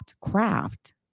craft